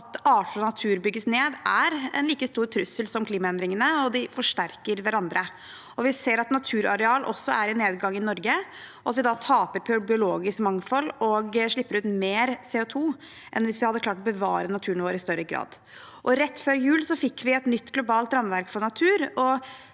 At arter og natur bygges ned, er en like stor trussel som klimaendringene, og de forsterker hverandre. Vi ser at naturareal også er i nedgang i Norge, og at vi da taper biologisk mangfold og slipper ut mer CO2 enn hvis vi hadde klart å bevare naturen vår i større grad. Rett før jul fikk vi et nytt globalt rammeverk for natur.